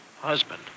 Husband